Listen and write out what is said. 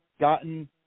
gotten